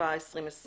התשפ"א-2020